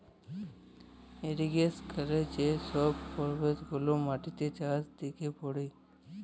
irrigation ক্যইরতে যে ছব পরভাব গুলা মাটিতে, চাষের দিকে পড়ে